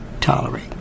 tolerate